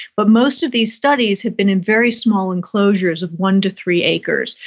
but most of these studies had been in very small enclosures of one to three acres.